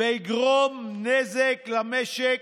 ויגרום נזק למשק.